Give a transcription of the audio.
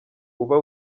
uba